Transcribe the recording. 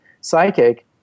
psychic